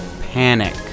Panic